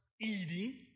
eating